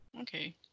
Okay